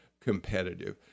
competitive